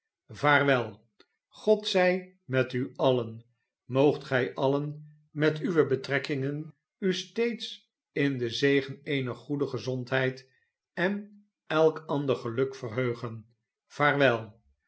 vaartwel god zij met u alien moogt gij alien met uwe betrekkingen u steeds in den zegen eener goede gezondheid en elk ander geluk verheugen vaartwel